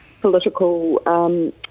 political